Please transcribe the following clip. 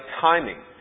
timing